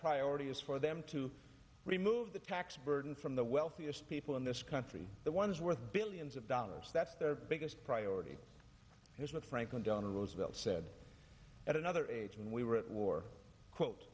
priority is for them to remove the time burden from the wealthiest people in this country the ones worth billions of dollars that's their biggest priority here's what franklin delano roosevelt said at another age when we were at war quote